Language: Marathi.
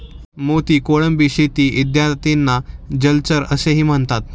मोती, कोळंबी शेती इत्यादींना जलचर असेही म्हणतात